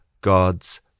God's